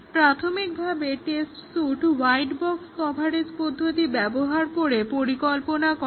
প্রাথমিকভাবে test suite white box coverage পদ্ধতি ব্যবহার করে পরিকল্পনা করা হয়